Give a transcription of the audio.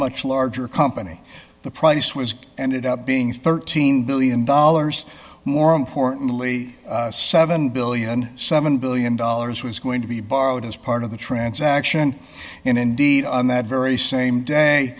much larger company the price was ended up being thirteen billion dollars more importantly seventy seven billion dollars was going to be borrowed as part of the transaction and indeed on that very same day